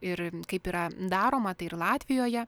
ir kaip yra daroma tai ir latvijoje